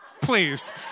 please